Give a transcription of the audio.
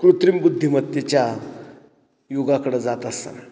कृत्रिम बुद्धिमत्तेच्या युगाकडं जात असताना